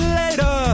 later